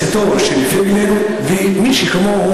לאסור את כניסתו של פייגלין ושל מסיתים